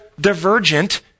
divergent